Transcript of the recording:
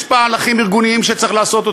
יש מהלכים ארגוניים שצריך לעשות,